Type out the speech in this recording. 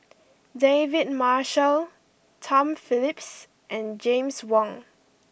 David Marshall Tom Phillips and James Wong